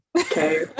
okay